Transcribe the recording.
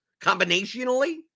Combinationally